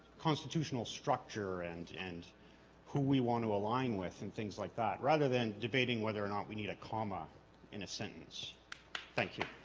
constitutional structure and and who we want to align with and things like that rather than debating whether or not we need a comma in a sentence thank you